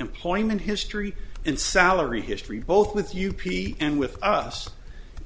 employment history and salary history both with u p c and with us